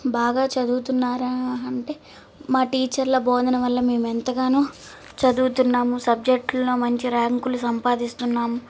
బాగా చదువుతున్నారు అంటే మా టీచర్ల భోదన వల్ల మేము ఎంతగానో చదువుతున్నాము సబ్జెక్టులో మంచి ర్యాంకులు సంపాదిస్తున్నాం